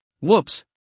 whoops